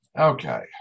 Okay